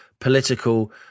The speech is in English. political